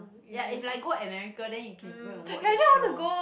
ya it's like go America then you can go and watch a show